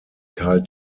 karl